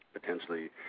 potentially